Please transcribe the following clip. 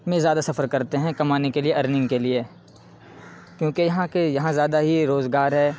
میں زیادہ سفر کرتے ہیں کمانے کے لیے ارننگ کے لیے کیونکہ یہاں کے یہاں زیادہ ہی روزگار ہے